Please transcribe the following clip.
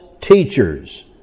teachers